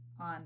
on